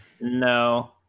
No